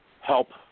help